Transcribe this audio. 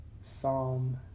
Psalm